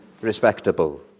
respectable